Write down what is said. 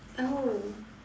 oh